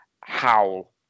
howl